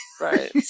Right